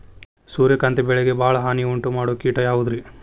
ಸೂರ್ಯಕಾಂತಿ ಬೆಳೆಗೆ ಭಾಳ ಹಾನಿ ಉಂಟು ಮಾಡೋ ಕೇಟ ಯಾವುದ್ರೇ?